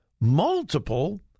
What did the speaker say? multiple